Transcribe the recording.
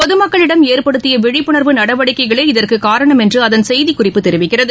பொதமக்களிடம் ஏற்படுத்தியவிழிப்புணர்வு நடவடிக்கைகளே இதற்குகாரணம் என்றுஅதன் செய்திக்குறிப்பு தெரிவிக்கிறது